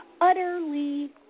utterly